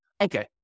Okay